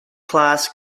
class